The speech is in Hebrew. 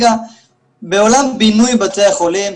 בעולם בינוי בתי החולים,